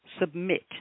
submit